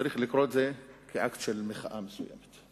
שצריך לקרוא את זה כאקט של מחאה מסוימת,